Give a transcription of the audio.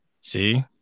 See